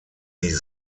die